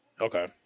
Okay